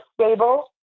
stable